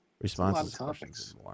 Responses